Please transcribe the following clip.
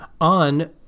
on